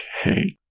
Okay